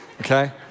Okay